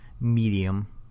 medium